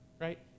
Right